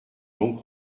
donc